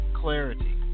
clarity